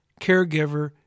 caregiver